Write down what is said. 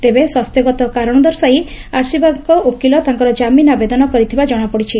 ତେବେ ସ୍ୱାସ୍ସ୍ୟଗତ କାରଣ ଦର୍ଶାଇ ଆଶୀର୍ବାଦଙ୍କ ଓକିଲ ତାଙ୍କର ଜାମିନ ଆବେଦନ କରିଥିବା ଜଣାପଡ଼ିଛି